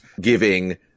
giving